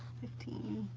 fifteen,